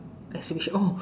exhibition oh